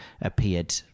appeared